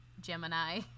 Gemini